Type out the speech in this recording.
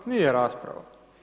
Nije rasprava.